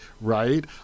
right